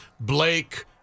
Blake